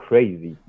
Crazy